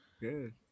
Good